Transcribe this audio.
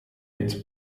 its